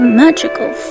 magical